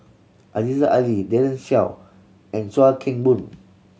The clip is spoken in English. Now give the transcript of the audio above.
Aziza Ali Daren Shiau and Chuan Keng Boon